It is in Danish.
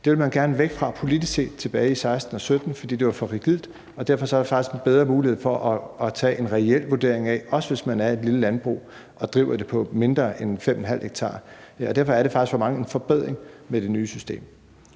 set gerne væk fra tilbage i 2016 og 2017, fordi det var for rigidt, og derfor er der faktisk en bedre mulighed for at tage en reel vurdering, også hvis man har et lille landbrug og driver det på mindre end 5½ ha. Derfor er det faktisk for mange en forbedring med det nye system.